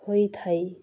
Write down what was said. ହୋଇଥାଏ